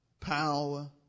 power